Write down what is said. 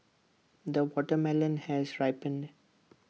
the watermelon has ripened